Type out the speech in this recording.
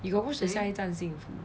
you got watch the 下一站幸福 mah